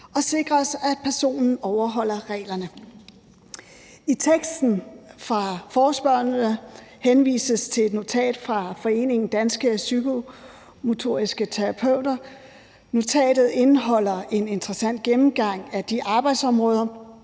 og sikre os, at personen overholder reglerne. I teksten fra forespørgerne henvises der til et notat fra foreningen Danske Psykomotoriske Terapeuter. Notatet indeholder en interessant gennemgang af de arbejdsområder,